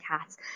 cats